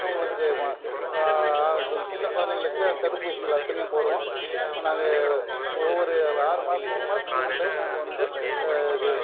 அவங்களுக்கு வ கொஞ்சம் சின்ன குழந்தைங்களுக்கு அந்த தடுப்பூசிகள் அத்தனையும் போடுவோம் நாங்கள் ஒவ்வொரு ஆறு மாத மூணு மாதத்துக்கு ஒரு முறை நாங்கள் வந்து இது